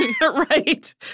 Right